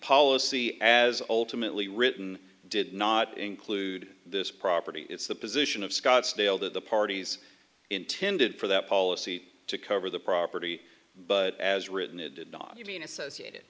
policy as ultimately written did not include this property it's the position of scottsdale that the parties intended for that policy to cover the property but as written it did not even associated